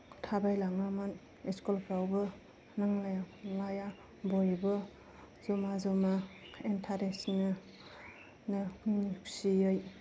थाबाय लाङोमोन इस्कुलफ्रावबो नांलाया खमलाया बयबो जमा जमा इन्टारेसनो नो मिनि खुसियै